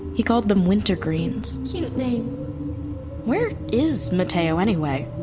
he called them winter greens cute name where is mateo anyway?